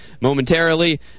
momentarily